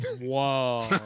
Whoa